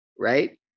right